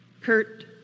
Kurt